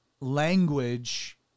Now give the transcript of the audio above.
language